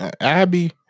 Abby